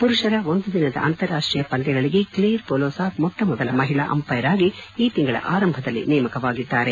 ಪುರುಷರ ಒಂದು ದಿನದ ಅಂತಾರಾಷ್ಷೀಯ ಪಂದ್ಯಗಳಿಗೆ ಕ್ಷೇರ್ ಹೋಲೋಸಾಕ್ ಮೊಟ್ಟಮೊದಲ ಮಹಿಳಾ ಅಂಪೈರ್ ಆಗಿ ಈ ತಿಂಗಳ ಆರಂಭದಲ್ಲಿ ನೇಮಕವಾಗಿದ್ದಾರೆ